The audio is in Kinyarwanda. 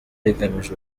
rigamije